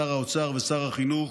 שר האוצר ושר החינוך,